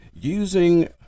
using